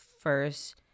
first